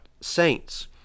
saints